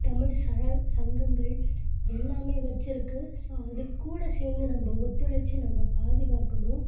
தமிழ் சழ சங்கங்கள் எல்லாமே வைச்சுருக்கு ஸோ அதுக்கூட சேர்ந்து நம்ம ஒத்துழைச்சு நம்ம பாதுகாக்கணும்